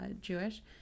jewish